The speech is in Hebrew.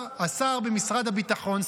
השר במשרד הביטחון,